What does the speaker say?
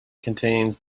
contains